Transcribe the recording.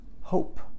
hope